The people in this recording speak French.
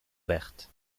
vertes